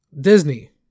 Disney